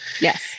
Yes